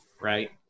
Right